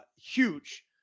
huge